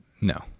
no